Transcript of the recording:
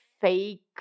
fake